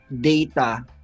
data